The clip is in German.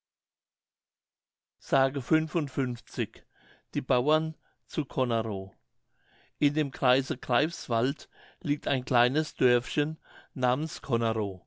die bauern zu conerow in dem kreise greifswald liegt ein kleines dörfchen namens conerow